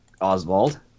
Oswald